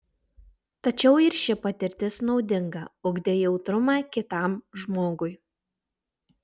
tačiau ir ši patirtis naudinga ugdė jautrumą kitam žmogui